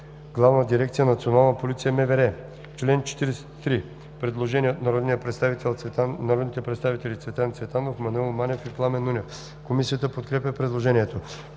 Главна дирекция „Национална полиция“ – МВР.“ По чл. 43 има предложение от народните представители Цветан Цветанов, Маноил Манев и Пламен Нунев. Комисията подкрепя предложението.